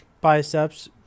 biceps